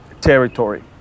territory